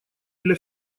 для